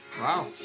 Wow